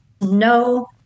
no